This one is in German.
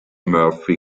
murphy